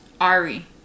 Ari